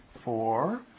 four